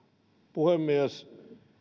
puhemies